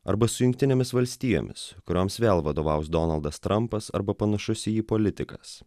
arba su jungtinėmis valstijomis kurioms vėl vadovaus donaldas trampas arba panašus į jį politikas